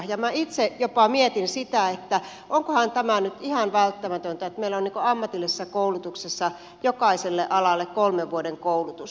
minä itse jopa mietin sitä että onkohan tämä nyt ihan välttämätöntä että meillä on ammatillisessa koulutuksessa jokaiselle alalle kolmen vuoden koulutus